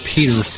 Peter